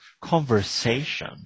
conversation